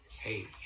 Hey